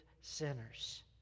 sinners